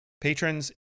patrons